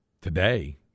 today